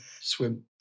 Swim